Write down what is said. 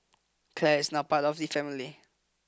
Clare is now part of the family